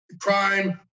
crime